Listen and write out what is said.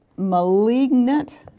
malignant